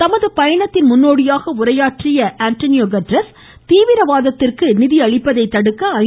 தமது பயணத்தின் முன்னோடியாக உரையாற்றிய அவர் தீவிரவாதத்திற்கு நிதி அளிப்பதை தடுக்க ஐ